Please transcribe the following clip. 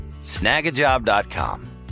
Snagajob.com